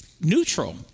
neutral